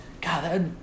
God